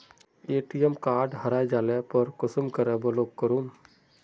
ATM card हरे जाले पर कुंसम के ब्लॉक करूम?